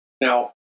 Now